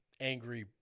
angry